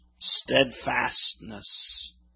steadfastness